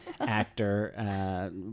actor